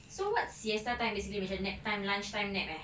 so what siesta time basically macam nap time lunch time nap eh